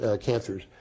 cancers